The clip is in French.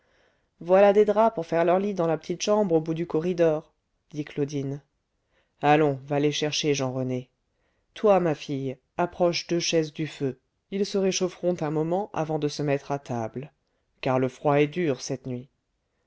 voilà des draps pour faire leurs lits dans la petite chambre au bout du corridor dit claudine allons va les chercher jean rené toi ma fille approche deux chaises du feu ils se réchaufferont un moment avant de se mettre à table car le froid est dur cette nuit